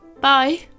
bye